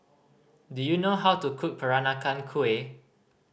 do you know how to cook Peranakan Kueh